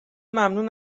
ممنون